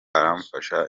aramfasha